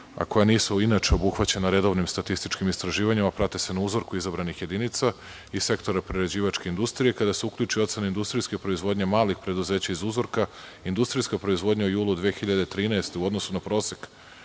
a koja nisu inače obuhvaćena redovnim statističkim istraživanjima, a prate se na uzorku izabranih jedinica i sektora prerađivačke industrije. Kada se uključi ocena industrijske proizvodnje malih preduzeća iz uzorka, industrijska proizvodnja u julu 2013. godine u odnosu na prosek